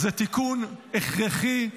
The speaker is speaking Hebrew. זה תיקון הכרחי,